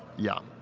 yeah.